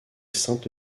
sainte